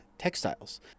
textiles